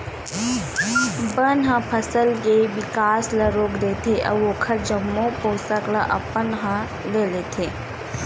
बन ह फसल के बिकास ल रोक देथे अउ ओखर जम्मो पोसक ल अपन ह ले लेथे